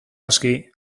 aski